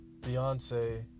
Beyonce